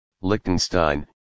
Liechtenstein